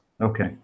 Okay